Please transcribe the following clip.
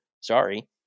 Sorry